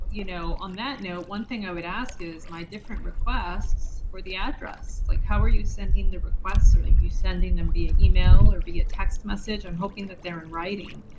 you know on that note, one thing i would ask is my different requests for the address. like how are you sending the requests? are you sending them via email or via text message? i'm hoping that they're in writing.